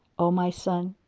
o my son,